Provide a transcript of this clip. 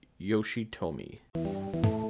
Yoshitomi